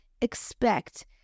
Expect